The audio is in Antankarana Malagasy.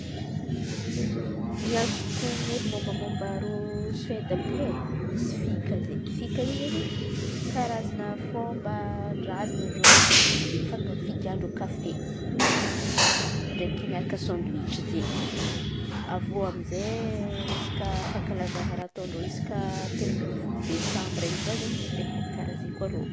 Ny azoko onon̈a edy momba momba reo Soeda àby io e. Misy fika zey fika io izen̈y karaza fomban-drazana reo, fi- figahan-dreo kafe, ia, ndraiky miaraky sandoitsy izy. I avy eo amy izay resaky fankalazana raha ataon-dreo rehefa telo ambiny folo desambra in̈y koa izen̈y misy fety fety karà zay koa reo.